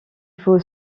faut